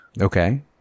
Okay